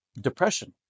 Depression